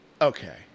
okay